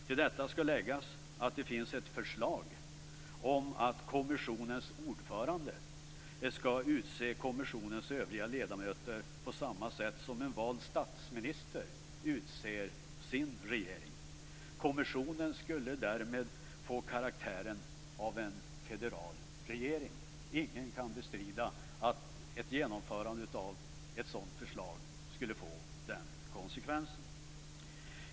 Till detta skall läggas att det finns ett förslag om att kommissionens ordförande skall utse kommissionens övriga ledamöter på samma sätt som en vald statsminister utser sin regering. Kommissionen skulle därmed få karaktären av en federal regering. Ingen kan bestrida att ett genomförande av ett sådant förslag skulle få den konsekvensen.